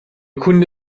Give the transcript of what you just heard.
kunde